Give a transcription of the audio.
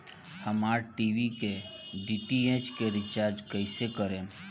हमार टी.वी के डी.टी.एच के रीचार्ज कईसे करेम?